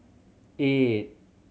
eight